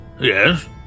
Yes